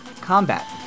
combat